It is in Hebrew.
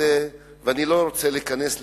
ואני לא רוצה להיכנס לסטטיסטיקות,